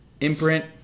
Imprint